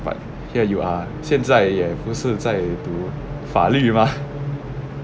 but here you are 现在也不是在读法律吗